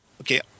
Okay